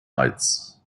reiz